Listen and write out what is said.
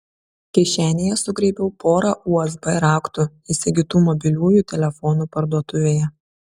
kišenėje sugraibiau porą usb raktų įsigytų mobiliųjų telefonų parduotuvėje